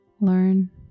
learn